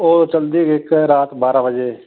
ਉਹ ਚੱਲਦੀ ਹੈਗੀ ਇੱਕ ਰਾਤ ਬਾਰ੍ਹਾਂ ਵਜੇ